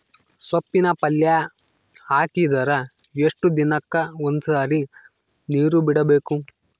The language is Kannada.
ಸೊಪ್ಪಿನ ಪಲ್ಯ ಹಾಕಿದರ ಎಷ್ಟು ದಿನಕ್ಕ ಒಂದ್ಸರಿ ನೀರು ಬಿಡಬೇಕು?